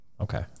Okay